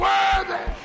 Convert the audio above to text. Worthy